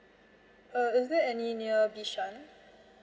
uh is there any near bishan